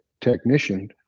technician